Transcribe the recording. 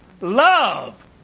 Love